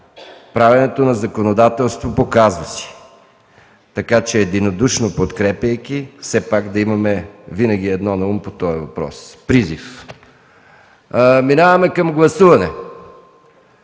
правенето на законодателство по казуси, така че единодушно подкрепяйки, все пак да имаме винаги едно наум по този въпрос. Това е призив. Преминаваме към гласуване.